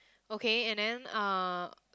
okay and then uh